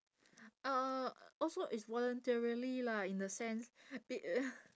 uh also is voluntarily lah in the sense be~ uh